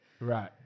Right